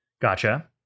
Gotcha